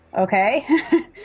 okay